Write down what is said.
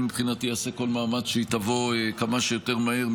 אני מבחינתי אעשה כל מאמץ שהיא תבוא כמה שיותר מהר,